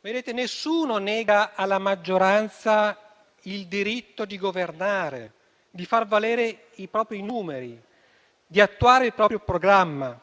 Nessuno nega alla maggioranza il diritto di governare, di far valere i propri numeri, di attuare il proprio programma,